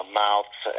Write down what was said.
mouths